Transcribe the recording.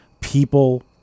people